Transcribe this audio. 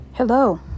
Hello